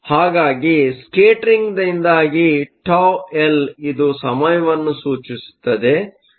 ಹಾಗಾಗಿ ಸ್ಕೇಟರಿಂಗ್ದಿಂದಾಗಿ τI ಇದು ಸಮಯವನ್ನು ಸೂಚಿಸುತ್ತದೆ